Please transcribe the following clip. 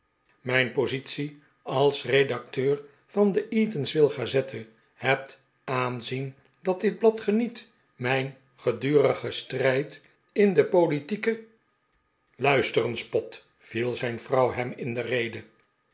mijn positie als redacteur van de eatanswill gazette het aanzien dat dit blad geniet mijn gedurige strijd in de politieke luister eens pott viel zijn vrouw hem in de rede